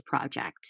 project